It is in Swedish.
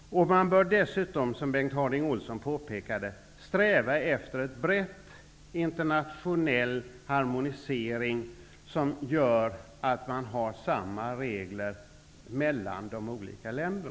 Man bör dessutom, som Bengt Harding Olson påpekade, sträva efter en bred internationell harmonisering, som innebär att de olika länderna har samma regler.